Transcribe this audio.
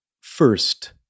First